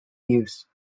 use